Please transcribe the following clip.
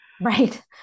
Right